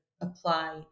apply